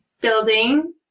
building